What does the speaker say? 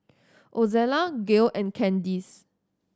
Ozella Gail and Candis